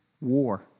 war